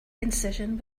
incision